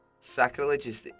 sacrilegious